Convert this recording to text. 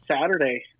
Saturday